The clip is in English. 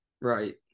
right